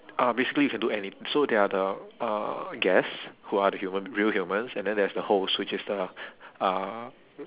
uh basically you can do any so there are the uh guests who are the human real humans and then there's the host which is the uh